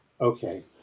Okay